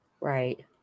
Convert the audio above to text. Right